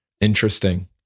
Interesting